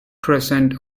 present